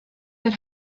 that